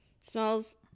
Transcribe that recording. Smells